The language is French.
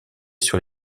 sur